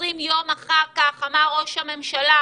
20 יום אחר כך אמר ראש הממשלה: